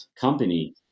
company